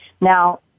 Now